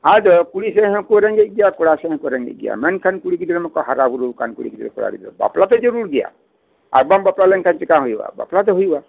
ᱟᱫᱚ ᱠᱩᱲᱤ ᱥᱮᱫ ᱨᱮᱱ ᱦᱚᱸᱠᱚ ᱨᱮᱜᱮᱡᱽ ᱜᱮᱭᱟ ᱠᱚᱲᱟ ᱥᱮᱫ ᱨᱮᱱ ᱦᱚᱸᱠᱚ ᱨᱮᱜᱮᱡᱽ ᱜᱮᱭᱟ ᱢᱮᱱᱠᱷᱟᱱ ᱠᱩᱲᱤ ᱜᱤᱫᱽᱨᱟᱹ ᱢᱟᱠᱚ ᱦᱟᱨᱟ ᱵᱩᱨᱩ ᱟᱠᱟᱱ ᱠᱩᱲᱤ ᱜᱤᱫᱽᱨᱟᱹ ᱠᱚᱲᱟ ᱜᱤᱫᱽᱨᱟᱹ ᱵᱟᱯᱞᱟ ᱛᱚ ᱡᱟᱹᱨᱩᱲ ᱜᱮᱭᱟ ᱟᱨ ᱵᱟᱢ ᱵᱟᱯᱞᱟ ᱞᱮᱱ ᱠᱷᱟᱱ ᱪᱮᱠᱟ ᱦᱩᱭᱩᱜᱼᱟ ᱵᱟᱯᱞᱟ ᱫᱚ ᱦᱩᱭᱩᱜᱼᱟ